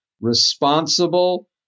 responsible